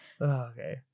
Okay